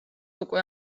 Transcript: უკვე